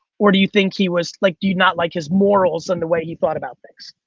or do you think he was, like do you not like his morals and the way he thought about things?